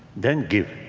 then give.